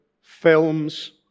films